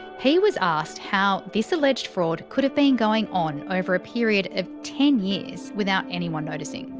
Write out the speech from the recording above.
he was asked how this alleged fraud could have been going on over a period of ten years without anyone noticing.